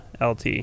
LT